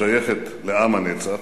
שייכת לעם הנצח.